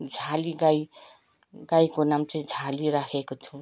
झाली गाई गाईको नाम चाहिँ झाली राखेको छु